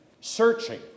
Searching